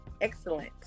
Excellent